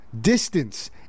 distance